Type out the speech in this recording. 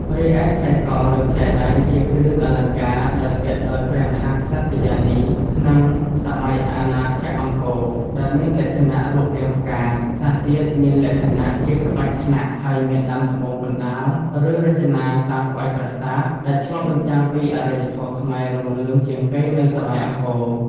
រីឯខ្សែក ឬខ្សែដៃជាគ្រឿងអលង្ការដែលពាក់ដោយព្រះមហាក្សត្រិយានីក្នុងសម័យអាណាចក្រអង្គរដែលមានលក្ខណៈរូបរាងផ្កា ខ្លះទៀតមានលក្ខណៈជាក្បាច់ថ្នាក់ហើយមានដាំត្បូងកណ្តាលឬរចនាតាមក្បាច់ប្រាសាទ ដែលឆ្លុះបញ្ចាំពីអរិយធម៌ខ្មែររុងរឿងជាងគេនៅសម័យអង្គរ។